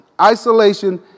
Isolation